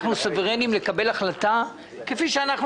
אנחנו סוברניים לקבל החלטה כפי שאנחנו